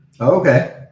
Okay